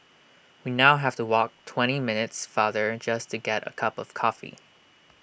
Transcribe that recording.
we now have to walk twenty minutes farther just to get A cup of coffee